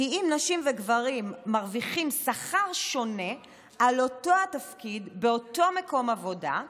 כי אם נשים וגברים מרוויחים שכר שונה על אותו התפקיד באותו מקום עבודה,